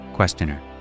questioner